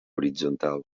horitzontal